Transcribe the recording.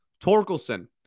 Torkelson